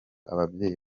ababyeyi